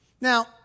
Now